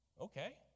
Okay